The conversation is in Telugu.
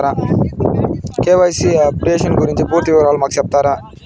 కె.వై.సి అప్డేషన్ గురించి పూర్తి వివరాలు మాకు సెప్తారా?